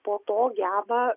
po to geba